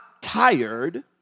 tired